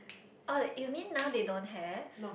oh you mean now they don't have